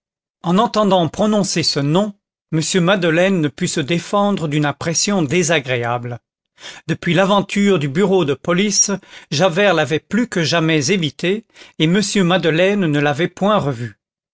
en entendant prononcer ce nom m madeleine ne put se défendre d'une impression désagréable depuis l'aventure du bureau de police javert l'avait plus que jamais évité et m madeleine ne l'avait point revu